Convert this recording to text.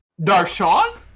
Darshan